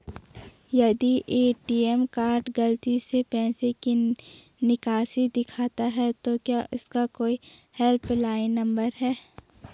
यदि ATM card गलती से पैसे की निकासी दिखाता है तो क्या इसका कोई हेल्प लाइन नम्बर है?